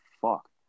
fuck